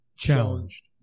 Challenged